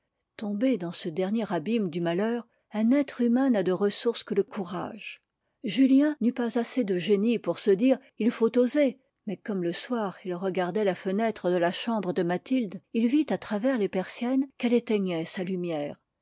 tombé dans ce dernier abîme du malheur un être humain n'a de ressource que le courage julien n'eut pas assez de génie pour se dire il faut oser mais comme le soir il regardait la fenêtre de la chambre de mathilde il vit à travers les persiennes qu'elle éteignait sa lumière